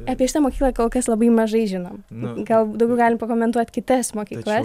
apie šitą mokyklą kolkas labai mažai žinom galbūt daugiau galim pakomentuot kitas mokyklas